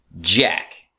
jack